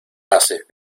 haces